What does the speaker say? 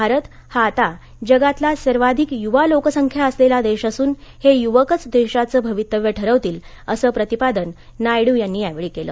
भारत हा आता जगातला सर्वाधिक युवा लोकसंख्या असलेला देश असून हे युव्कच देशाचं भवितव्य ठरवतील असं प्रतिपादन नायडू यांनी यावेळी केलं